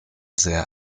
sehr